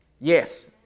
Yes